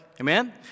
Amen